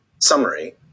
summary